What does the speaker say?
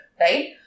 right